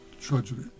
tragedy